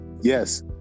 yes